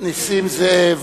נסים זאב,